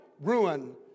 ruin